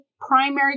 primary